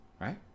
right